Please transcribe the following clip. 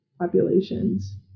populations